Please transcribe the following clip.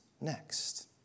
next